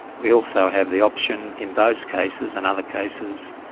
we also have the option in those cases and other cases,